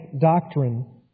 doctrine